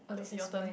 your your turn